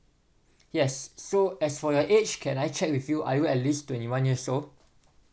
yes so as for your age can I check with you are you at least twenty one years old